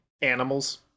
animals